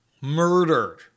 Murdered